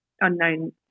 unknown